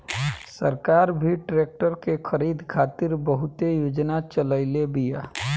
सरकार भी ट्रेक्टर के खरीद खातिर बहुते योजना चलईले बिया